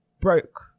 Broke